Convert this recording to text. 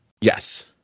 Yes